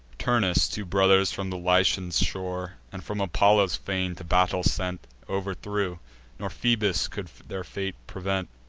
turnus two brothers from the lycian shore, and from apollo's fane to battle sent, o'erthrew nor phoebus could their fate prevent.